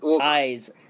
eyes